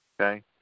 Okay